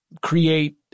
create